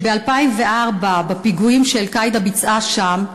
שב-2004 בפיגועים ש"אל-קאעידה" ביצע שם,